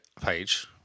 page